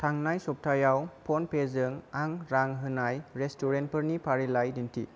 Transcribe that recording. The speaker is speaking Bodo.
थांनाय सप्तायाव फ'नपेजों आं रां होनाय रेस्टुरेन्टफोरनि फारिलाइ दिन्थि